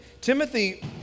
Timothy